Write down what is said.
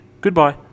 Goodbye